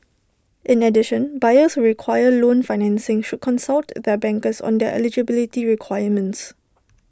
in addition buyers require loan financing should consult their bankers on their eligibility requirements